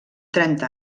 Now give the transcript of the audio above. trenta